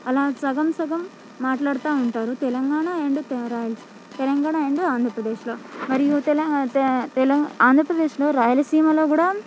అలా సగం సగం మాట్లాడు తూ ఉంటారు తెలంగాణ అండ్ తె రాయలసీ తెలంగాణ అండ్ ఆంధ్రప్రదేశ్లో మరియు తెలం తే తే ఆంధ్రప్రదేశ్లో రాయలసీమలో కూడా